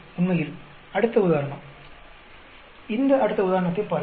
உண்மையில் அடுத்த உதாரணம் இந்த அடுத்த உதாரணத்தைப் பாருங்கள்